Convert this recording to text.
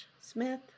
Smith